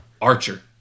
Archer